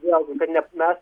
vėlgi kad net mes